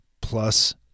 plus